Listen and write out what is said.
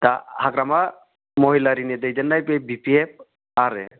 दा हाग्रामा महिलारिनि दैदेननाय बे बि पि एफ आरो